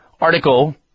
Article